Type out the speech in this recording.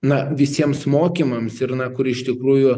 na visiems mokymams ir na kur iš tikrųjų